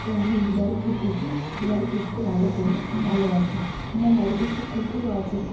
তাই আমি বিড়ালকে পুষি বিড়াল পুষতে ভালো করি ভালোবাসি আমার বাড়িতে একটি কুকুরও আছে